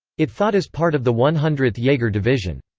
it fought as part of the one hundredth jager division.